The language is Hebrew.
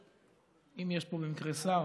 אם יש פה במקרה שר,